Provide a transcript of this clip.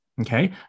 Okay